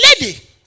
lady